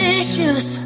issues